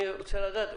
אני רוצה לדעת,